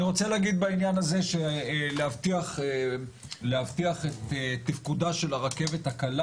אני רוצה להגיד בעניין הזה שלהבטיח את תפקודה של הרכבת הקלה